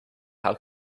how